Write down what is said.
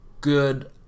good